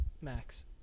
Max